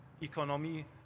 Economy